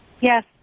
Yes